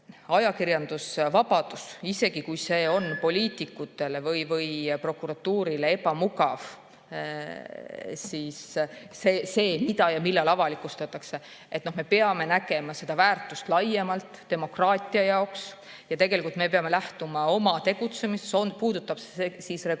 ajakirjandusvabadus, isegi kui see on poliitikutele või prokuratuurile ebamugav, see, mida ja millal avalikustatakse – me peame nägema seda väärtust demokraatia jaoks laiemalt ja me peame lähtuma oma tegutsemises, puudutab see siis